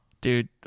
Dude